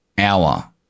hour